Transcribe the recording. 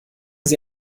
sie